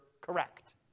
correct